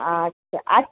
আচ্ছা আর